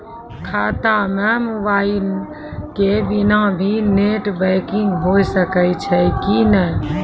खाता म मोबाइल के बिना भी नेट बैंकिग होय सकैय छै कि नै?